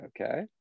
Okay